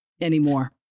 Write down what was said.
anymore